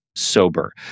Sober